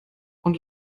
und